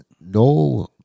no